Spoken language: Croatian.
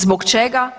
Zbog čega?